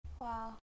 Wow